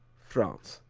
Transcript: france